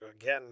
again